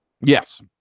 Yes